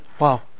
Wow